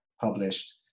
published